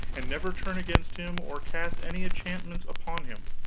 and never turn against him or cast any enchantments upon him.